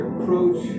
Approach